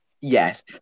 Yes